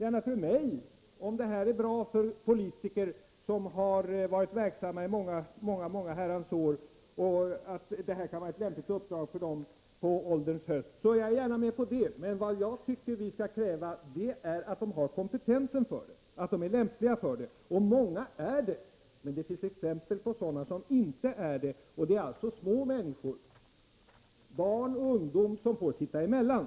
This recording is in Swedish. Jag kan hålla med om att politiker, som varit verksamma som sådana i många herrans år, kan vara lämpliga för detta uppdrag. Men vad jag tycker att vi skall kräva är att de har kompetensen och är lämpliga för det. Många är det, men det finns exempel på sådana som inte är det. Och det är små människor, barn och ungdomar, som får sitta emellan.